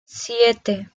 siete